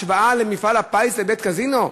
השוואה של מפעל הפיס לבית-קזינו?